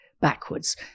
backwards